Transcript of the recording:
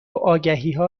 آگهیها